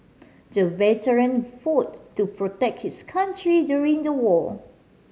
the veteran fought to protect his country during the war